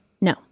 no